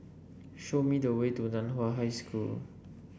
show me the way to Nan Hua High School